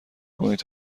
کنید